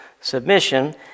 submission